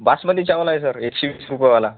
बासमती चावल आहे सर एकशे वीस रुपयेवाला